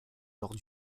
lors